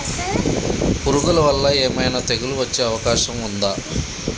పురుగుల వల్ల ఏమైనా తెగులు వచ్చే అవకాశం ఉందా?